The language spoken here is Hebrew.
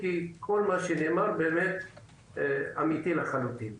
רק אומר שהכול אמיתי לחלוטין.